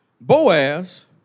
Boaz